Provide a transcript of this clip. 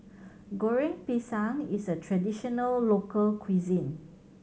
Goreng Pisang is a traditional local cuisine